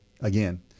again